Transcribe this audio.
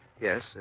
Yes